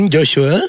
Joshua